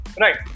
right